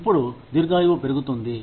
ఇప్పుడు దీర్ఘాయువు పెరుగుతుంది